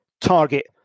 target